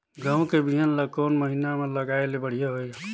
गहूं के बिहान ल कोने महीना म लगाय ले बढ़िया होही?